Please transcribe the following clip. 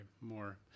more